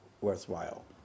worthwhile